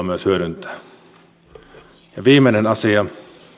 myös hyödyntää tutkittua tietoa ja viimeinen asia